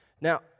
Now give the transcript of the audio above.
Now